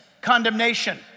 condemnation